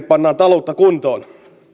pannaan taloutta kuntoon